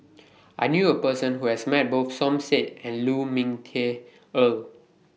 I knew A Person Who has Met Both Som Said and Lu Ming Teh Earl